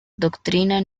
doctrina